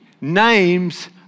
Names